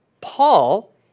Paul